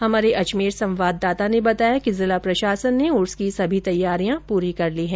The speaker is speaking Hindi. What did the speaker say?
हमारे अजमेर संवाददाता ने बताया कि जिला प्रशासन ने उर्स की सभी तैयारियां पूरी कर ली है